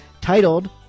titled